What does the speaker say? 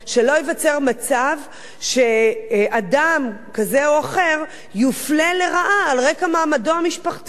שלא ייווצר מצב שאדם כזה או אחר יופלה לרעה על רקע מעמדו המשפחתי.